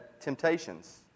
temptations